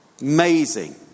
Amazing